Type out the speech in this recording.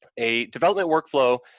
a development work flow,